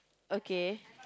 okay